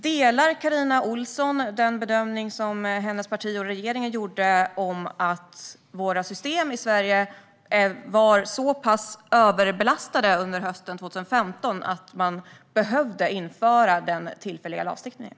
Delar Carina Ohlsson den bedömning som hennes parti och regeringen gjorde av att våra system i Sverige var så pass överbelastade under hösten 2015 att man behövde införa den tillfälliga lagstiftningen?